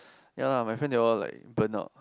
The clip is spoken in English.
ya lah my friend they all like burnout